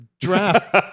draft